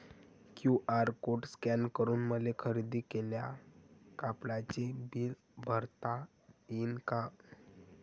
QR code scan करून मले खरेदी केलेल्या कापडाचे बिल भरता यीन का?